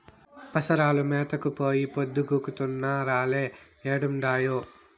పసరాలు మేతకు పోయి పొద్దు గుంకుతున్నా రాలే ఏడుండాయో